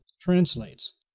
translates